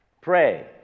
Pray